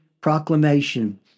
Proclamation